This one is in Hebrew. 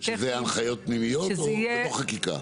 אלה הנחיות פנימיות או בתוך חקיקה?